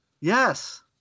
Yes